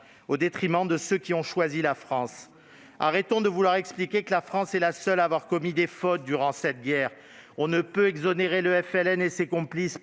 au détriment de ceux qui ont choisi la France. Arrêtons de prétendre que seule la France aurait commis des fautes durant cette guerre ! On ne peut pas exonérer le FLN et ses complices